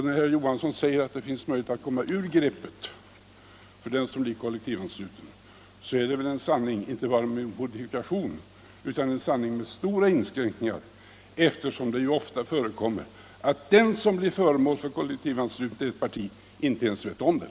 När herr Johansson i Trollhättan säger att det finns möjlighet för den som blir kollektivansluten att komma ur greppet, så är det väl en sanning inte bara med modifikation utan med stora inskränkningar, bl.a. eftersom det ju ofta förekommer att den som blir föremål för kollektivanslutning till ett parti inte ens vet om det.